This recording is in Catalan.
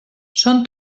són